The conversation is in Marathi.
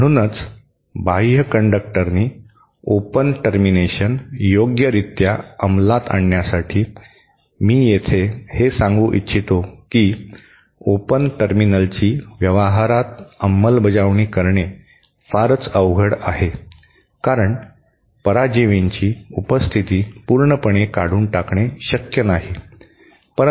म्हणूनच बाह्य कंडक्टरनी ओपन टर्मिनेशन योग्यरित्या अंमलात आणण्यासाठी मी येथे हे सांगू इच्छितो की ओपन टर्मिनलची व्यवहारात अंमलबजावणी करणे फारच अवघड आहे कारण पराजिवींची उपस्थिती पूर्णपणे काढून टाकणे शक्य नाही